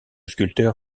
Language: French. sculpteur